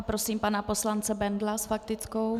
Prosím pana poslance Bendla s faktickou.